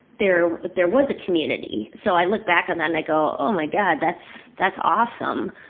there, but there was a community. so i look back on that and i go, oh my god, that's that's awesome.